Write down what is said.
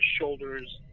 shoulders